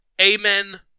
Amen